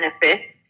benefits